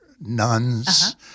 Nuns